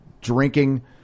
drinking